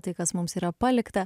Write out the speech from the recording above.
tai kas mums yra palikta